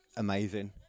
amazing